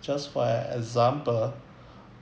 just for an example